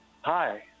Hi